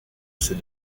ces